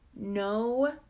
No